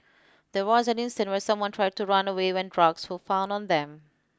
there was an instance where someone tried to run away when drugs were found on them